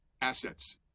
assets